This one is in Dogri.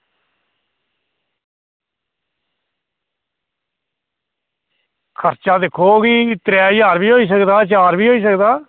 खर्चा दिक्खो भी त्रै ज्हार बी होई सकदा चार बी होई सकदा